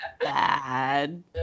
bad